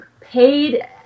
paid